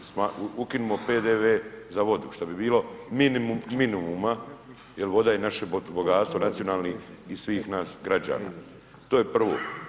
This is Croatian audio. Ukinimo PDV za vodu što bi bilo minimum minimuma jer voda je naše bogatstvo, nacionalni i svih nas građana, to je prvo.